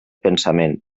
pensament